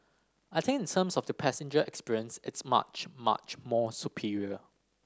I think in terms of the passenger experience it's much much more superior